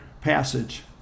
passage